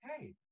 hey